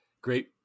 great